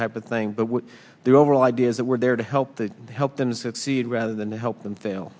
type of thing but the overall idea is that we're there to help to help them succeed rather than to help them